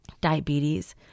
Diabetes